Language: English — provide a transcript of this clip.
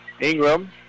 Ingram